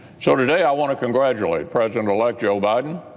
so today i want to congratulate president elect joe biden.